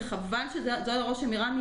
וחבל שזה הרושם מרמ"י,